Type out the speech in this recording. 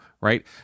right